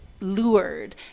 lured